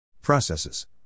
Processes